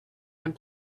and